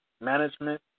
management